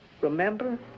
Remember